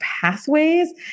pathways